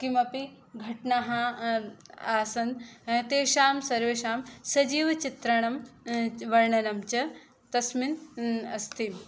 किमपि घटनाः आसन् तेषां सर्वेषां सजीवचित्रणं वर्णनञ्च तस्मिन् अस्ति